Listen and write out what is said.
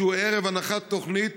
שהוא ערב הנחת תוכנית